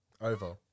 Over